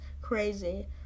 crazy